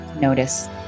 notice